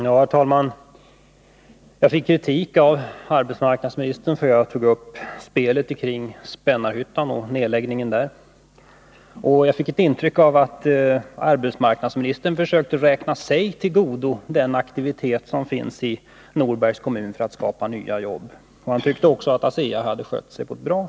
Herr talman! Jag fick kritik av arbetsmarknadsministern för att jag tog upp spelet kring Spännarhyttan och nedläggningen där. Jag fick ett intryck av att arbetsmarknadsministern försökte räkna sig till godo den aktivitet som pågår i Norbergs kommun för att skapa nya jobb. Han tyckte också att ASEA hade skött sig bra.